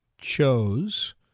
chose